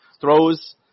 throws